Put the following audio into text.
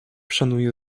szanuje